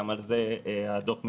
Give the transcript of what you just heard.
גם לזה הדו"ח מתייחס.